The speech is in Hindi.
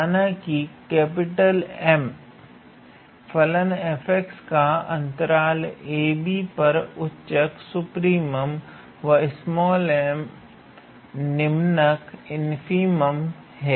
माना कि 𝑀 फलन 𝑓 𝑥 का अंतराल 𝑎𝑏 पर उच्चक व 𝑚 निम्नक है